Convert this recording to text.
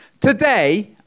Today